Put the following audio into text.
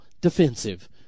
defensive